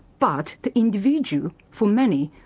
but the individual, for many,